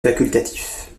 facultatif